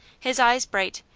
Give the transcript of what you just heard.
his eyes bright,